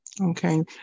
Okay